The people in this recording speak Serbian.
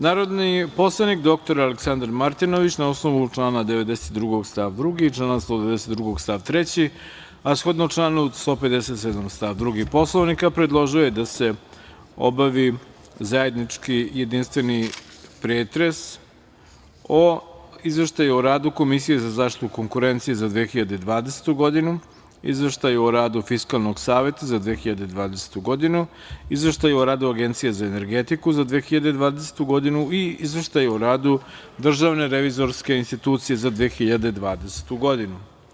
Narodni poslanik dr Aleksandar Martinović, na osnovu člana 92. stav 2. i 192. stav 3, a shodno članu 157. stav 2. Poslovnika, predložio je da se obavi zajednički, jedinstveni pretres o Izveštaju o radu Komisije za zaštitu konkurencije za 2020. godinu, Izveštaju o radu Fiskalnog saveta za 2020. godinu, Izveštaju o radu Agencije za energetiku za 2020. godinu i Izveštaj o radu DRI za 2020. godinu.